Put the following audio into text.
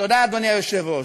תודה, אדוני היושב-ראש.